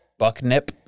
Bucknip